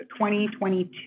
2022